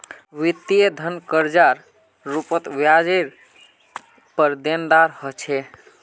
वित्तीय धन कर्जार रूपत ब्याजरेर पर देनदार ह छे